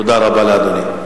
תודה רבה לאדוני.